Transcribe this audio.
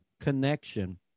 connection